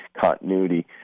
continuity